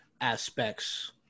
aspects